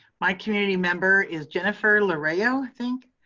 my community member is jennifer loureiro, i think.